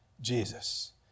Jesus